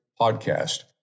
podcast